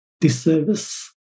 disservice